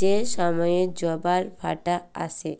যে সময়ে জবার ভাঁটা আসে,